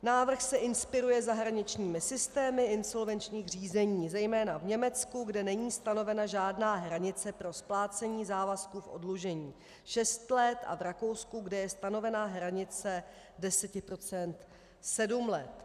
Návrh se inspiruje zahraničními systémy insolvenčních řízení, zejména v Německu, kde není stanovena žádná hranice pro splácení závazků v oddlužení šest let, a v Rakousku, kde je stanovena hranice 10 procent sedm let.